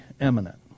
eminent